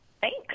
Thanks